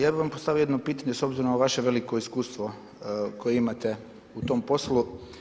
Ja bih vam postavio jedno pitanje s obzirom na vaše veliko iskustvo koje imate u tom poslu.